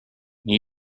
new